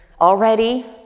already